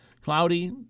cloudy